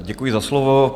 Děkuji za slovo.